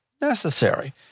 necessary